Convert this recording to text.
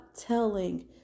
telling